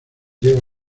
lleva